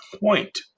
point